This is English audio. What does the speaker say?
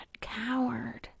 coward